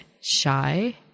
shy